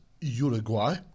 Uruguay